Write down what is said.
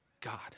God